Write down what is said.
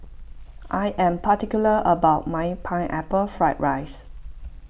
I am particular about my Pineapple Fried Rice